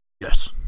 Yes